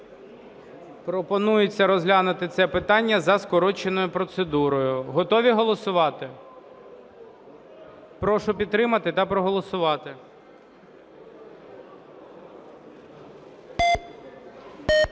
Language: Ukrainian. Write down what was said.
Пропонується розглянути це питання за скороченою процедурою. Готові голосувати? Прошу підтримати та проголосувати. 11:53:47